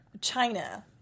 China